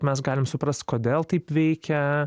mes galim suprast kodėl taip veikia